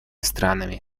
странами